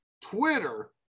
Twitter